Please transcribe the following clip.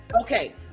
Okay